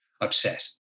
upset